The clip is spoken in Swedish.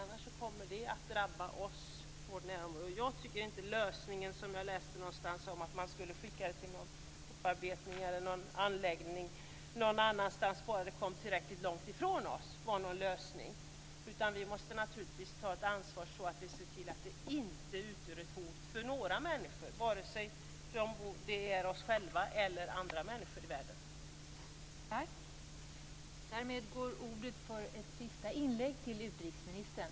Annars kommer det att drabba oss och vårt närområde. Jag har någonstans läst att man skulle vilja skicka avfallet till någon anläggning för upparbetning som ligger tillräckligt långt ifrån oss. Jag tycker inte att det är någon lösning. Vi måste naturligtvis ta ansvar för att det inte skall utgöra ett hot för några människor, varken för oss själva eller för andra människor i världen.